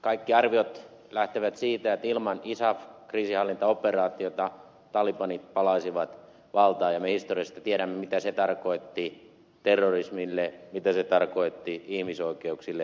kaikki arviot lähtevät siitä että ilman isaf kriisinhallintaoperaatiota talibanit palaisivat valtaan ja me historiasta tiedämme mitä se tarkoitti terrorismille mitä se tarkoitti ihmisoikeuksille